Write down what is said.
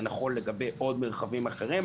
זה נכון לגבי עוד מרחבים אחרים.